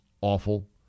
awful